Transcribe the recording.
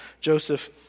Joseph